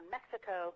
Mexico